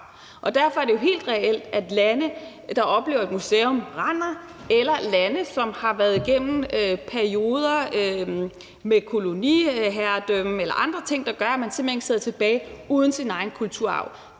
kulturgenstande op. Det kan være lande, der oplever et museum brænde, eller lande, som har været igennem perioder med koloniherredømme eller andre ting, der gør, at de simpelt hen sidder tilbage uden deres egen kulturarv.